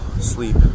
sleep